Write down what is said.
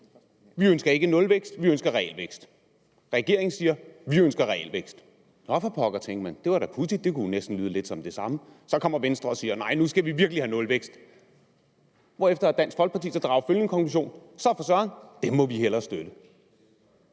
ønsker en nulvækst, men realvækst. Og regeringen siger, at den ønsker realvækst. Nå for pokker, tænker man, det var da pudsigt. Det kunne næsten lyde lidt som det samme. Så kommer Venstre og siger: Nej, nu skal vi virkelig have nulvækst. Hvorefter Dansk Folkeparti så drager følgende konklusion: Så for søren, det må vi hellere støtte.